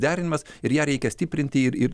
derinimas ir ją reikia stiprinti ir ir